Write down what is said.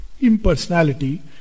impersonality